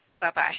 Bye-bye